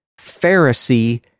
Pharisee